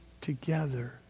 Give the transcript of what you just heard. together